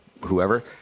whoever